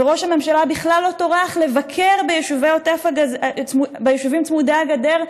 וראש הממשלה בכלל לא טורח לבקר ביישובים צמודי הגדר,